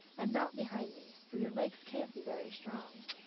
and mount behind me, for your legs can't be very strong.